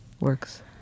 works